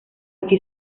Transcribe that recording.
aquí